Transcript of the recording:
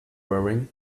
wearing